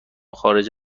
خارج